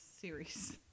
series